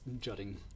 jutting